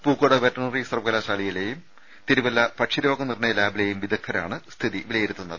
Pookode veterinary സർവകലാശാലയിലെയും തിരുവല്ല പക്ഷിരോഗ നിർണയ ലാബിലെയും വിദഗ്ദ്ധരാണ് സ്ഥിതി വിലയിരുത്തുന്നത്